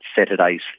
Saturday's